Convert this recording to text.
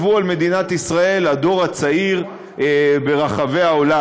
על מדינת ישראל הדור הצעיר ברחבי העולם,